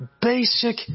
basic